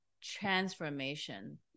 Transformation